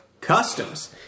Customs